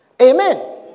Amen